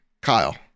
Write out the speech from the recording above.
Kyle